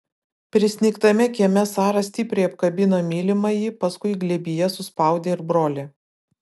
prisnigtame kieme sara stipriai apkabino mylimąjį paskui glėbyje suspaudė ir brolį